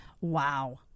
Wow